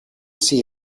see